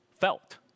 felt